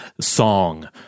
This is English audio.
song